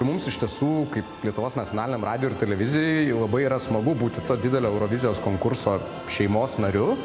mums iš tiesų kaip lietuvos nacionaliniam radijui ir televizijai labai yra smagu būti to didelio eurovizijos konkurso šeimos nariu